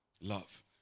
Love